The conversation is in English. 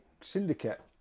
syndicate